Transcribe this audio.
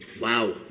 Wow